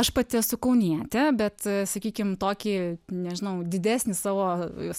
aš pati esu kaunietė bet sakykim tokį nežinau didesnį savo